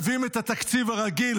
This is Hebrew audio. מביאים את התקציב הרגיל,